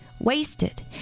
wasted